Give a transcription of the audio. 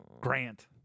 Grant